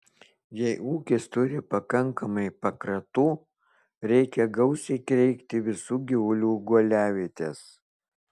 jei ūkis turi pakankamai pakratų reikia gausiai kreikti visų gyvulių guoliavietes